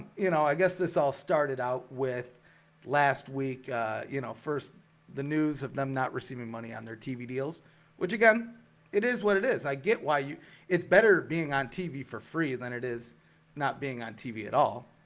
you know, i guess this all started out with last week you know first the news of them not receiving money on their tv deals which again it is what it is i get why you it's better being on tv for free than it is not being on tv at all.